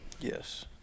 Yes